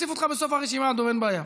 אוסיף אותך בסוף הרשימה, אין בעיה.